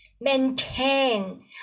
maintain